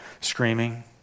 screaming